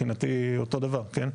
מבחינתי אותו דבר, כן?